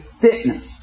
fitness